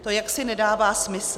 To jaksi nedává smysl.